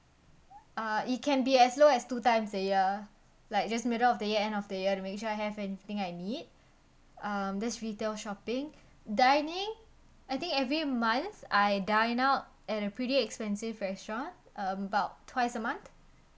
uh it can be as low as two times a year like just middle of the year end of the year I'll make sure I have everything I need um this retail shopping dining I think every month I dine out at a pretty expensive restaurant about twice a month